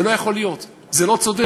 זה לא יכול להיות, זה לא צודק.